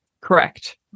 Correct